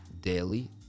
Daily